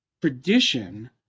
tradition